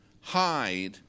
hide